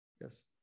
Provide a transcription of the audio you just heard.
Yes